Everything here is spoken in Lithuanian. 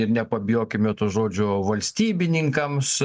ir nepabijokime to žodžio valstybininkams